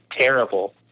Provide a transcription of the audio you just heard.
terrible